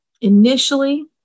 initially